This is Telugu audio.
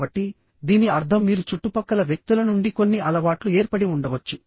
కాబట్టి దీని అర్థం మీరు చుట్టుపక్కల వ్యక్తుల నుండి కొన్ని అలవాట్లు ఏర్పడి ఉండవచ్చు